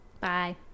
Bye